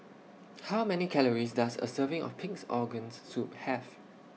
How Many Calories Does A Serving of Pig'S Organ Soup Have